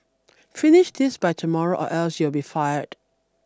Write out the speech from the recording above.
finish this by tomorrow or else you'll be fired